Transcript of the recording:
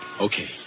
Okay